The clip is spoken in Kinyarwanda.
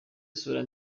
isura